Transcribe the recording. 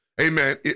amen